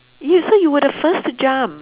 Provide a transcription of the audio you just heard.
you so you were the first to jump